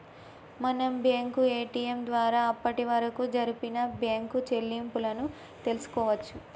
మనం bank ATM ద్వారా అప్పటివరకు జరిపిన బ్యేంకు చెల్లింపులను తెల్సుకోవచ్చు